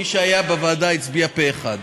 מי שהיה בוועדה הצביע פה אחד.